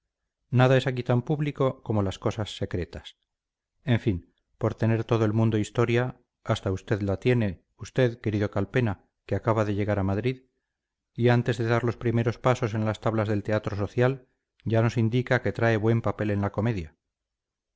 nada es aquí tan público como las cosas secretas en fin por tener todo el mundo historia hasta usted la tiene usted querido calpena que acaba de llegar a madrid y antes de dar los primeros pasos en las tablas del teatro social ya nos indica que trae buen papel en la comedia